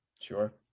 sure